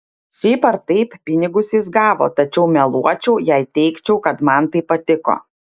šiaip ar taip pinigus jis gavo tačiau meluočiau jei teigčiau kad man tai patiko